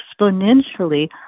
exponentially